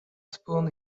spoon